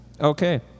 Okay